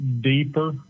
deeper